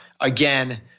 again